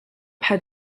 had